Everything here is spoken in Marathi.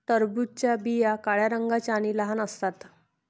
टरबूजाच्या बिया काळ्या रंगाच्या आणि लहान असतात